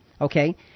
Okay